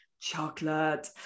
chocolate